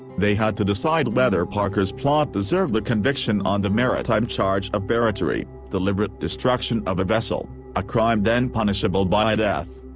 they had to decide whether parker's plot deserved a conviction on the maritime charge of barratry deliberate destruction of a vessel a crime then punishable by death.